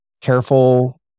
careful